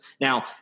Now